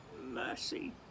mercy